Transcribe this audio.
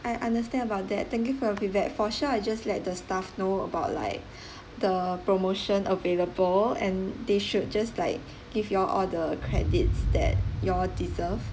I understand about that thank you for your feedback for sure I just let the staff know about like the promotion available and they should just like give you'll the credits that you'll deserve